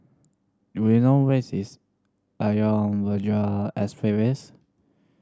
do you know where is is Ayer Rajah Expressways